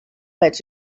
bet